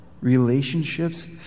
relationships